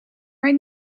right